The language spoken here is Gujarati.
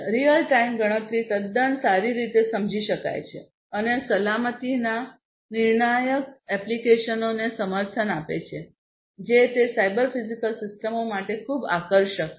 રીઅલ ટાઇમ ગણતરી તદ્દન સારી રીતે સમજી શકાય છે અને સલામતીના નિર્ણાયક એપ્લિકેશનોને સમર્થન આપે છે જે તે સાયબર ફિઝિકલ સિસ્ટમો માટે ખૂબ આકર્ષક છે